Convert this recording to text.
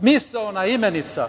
Misaona imenica